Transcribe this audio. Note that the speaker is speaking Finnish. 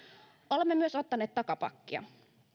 olemme myös ottaneet takapakkia